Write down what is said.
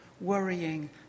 worrying